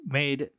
made